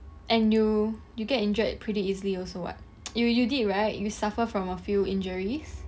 and you you get injured pretty easily also what you you did right you suffer from a few injuries